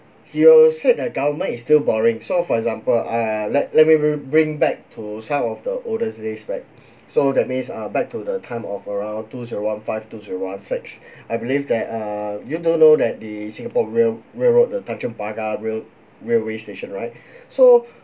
you've said that government is too boring so for example uh let let me bri~ bring back to some of the oldest days back so that means uh back to the time of around two zero one five two zero one six I believe that uh you don't know that the singapore rail railroad the tanjong pagar rail railway station right so